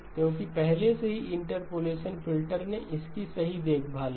क्योंकि पहले से ही इंटरपोलेशन फिल्टर ने इसकी सही देखभाल की